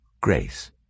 Grace